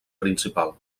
principal